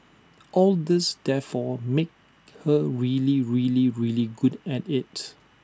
all this therefore made her really really really good at IT